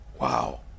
Wow